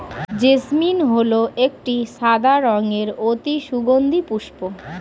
jasmine হল একটি সাদা রঙের অতি সুগন্ধি পুষ্প